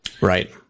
right